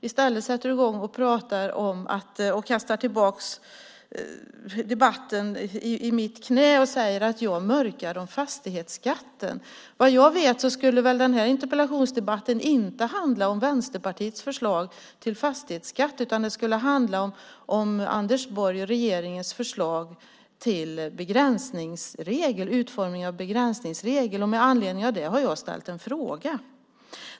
I stället sätter han i gång och pratar och kastar tillbaka debatten i mitt knä och säger att jag mörkar om fastighetsskatten. Men vad jag vet skulle den här interpellationsdebatten inte handla om Vänsterpartiets förslag till fastighetsskatt utan om Anders Borgs och regeringens förslag till utformning av begränsningsregel, och med anledning av det har jag ställt en fråga.